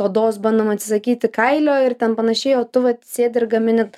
odos bandom atsisakyti kailio ir ten panašiai o tu vat sėdi ir gamini